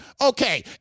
Okay